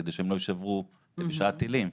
כדי שהם לא יישברו בשעת טילים,